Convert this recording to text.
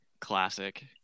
Classic